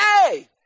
Hey